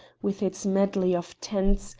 with its medley of tents,